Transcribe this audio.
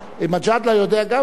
מג'אדלה יודע גם כן,